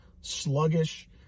sluggish